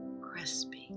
Crispy